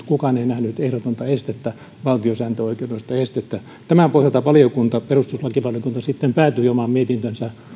kukaan ei nähnyt ehdotonta valtiosääntöoikeudellista estettä tämän pohjalta perustuslakivaliokunta sitten päätyi oman mietintönsä